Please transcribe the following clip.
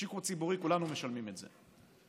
בשוק הציבורי כולנו משלמים את זה,